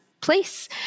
place